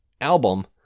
album